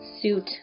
suit